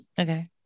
Okay